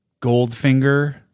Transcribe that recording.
Goldfinger